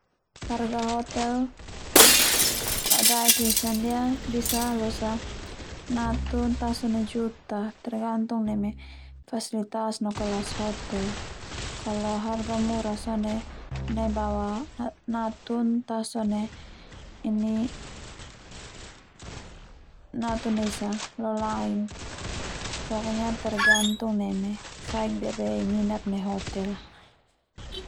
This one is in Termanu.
Harga hotel ladaek esa ndia bisa losa natun ta sone juta tergantung neme fasilitas no kelas hotel a kalo harga murah sone nai bawah natun ta sone ini natun esa lo lain pokonya tergantung neme fai debe nginap nai hotel.